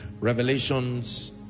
Revelations